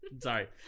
Sorry